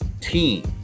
team